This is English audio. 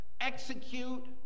execute